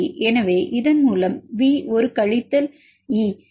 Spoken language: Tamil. எனவே இதன் மூலம் ஒரு V கழித்தல் E இது 3